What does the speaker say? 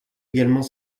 également